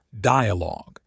Dialogue